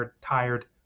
tired